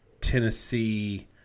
Tennessee